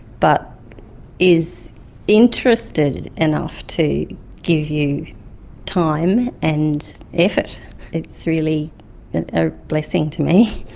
but is interested enough to give you time and effort. it's really a blessing to me.